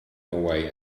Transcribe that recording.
away